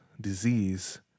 disease